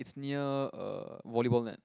it's near a volleyball net